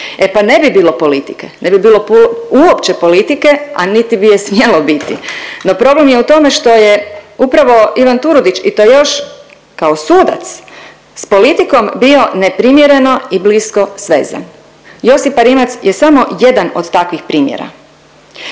tu je bilo puno politike. E pa ne bi bilo uopće politike, a niti bi je smjelo biti. No, problem je u tome što je upravo Ivan Turudić i to još kao sudac s politikom bio neprimjereno i blisko svezan. Josipa Rimac je samo jedan od takvih primjera.